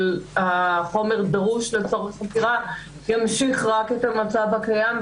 שהחומר הדרוש לצורך חקירה ימשיך רק את המצב הקיים,